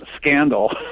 scandal